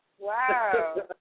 Wow